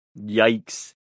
Yikes